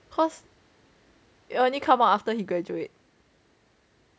cause it will only come out after he graduate